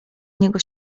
niego